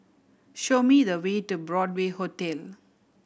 show me the way to Broadway Hotel